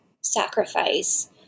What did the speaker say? sacrifice